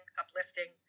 uplifting